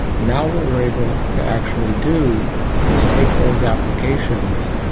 now what we're able to actually do is take those applications,